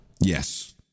yes